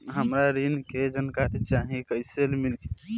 हमरा ऋण के जानकारी चाही कइसे मिली?